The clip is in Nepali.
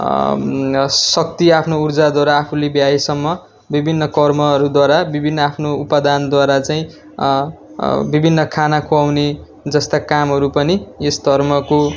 आफ्नो शक्ति आफ्नो ऊर्जाद्वारा आफूले भ्याएसम्म विभिन्न कर्महरूद्वारा विभिन्न आफ्नो उपादानद्वारा चाहिँ विभिन्न खाना खुवाउने जस्ता कामहरू पनि यस धर्मको